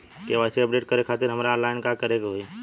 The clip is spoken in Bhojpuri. के.वाइ.सी अपडेट करे खातिर हमरा ऑनलाइन का करे के होई?